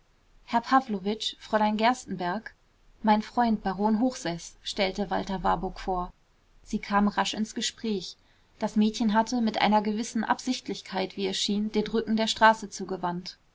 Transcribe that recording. herr pawlowitsch fräulein gerstenbergk mein freund baron hochseß stellte walter warburg vor sie kamen rasch ins gespräch das mädchen hatte mit einer gewissen absichtlichkeit wie es schien den rücken der straße zugewandt